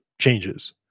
changes